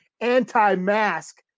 anti-mask